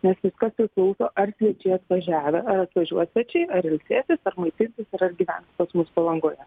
nes viskas priklauso ar svečiai atvažiavę ar atvažiuos svečiai ar ilsėsis ar maitinsis ir ar gyvens pas mus palangoje